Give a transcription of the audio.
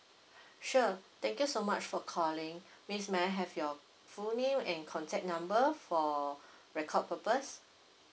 sure thank you so much for calling miss may I have your full name and contact number for record purpose